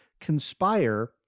conspire